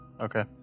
Okay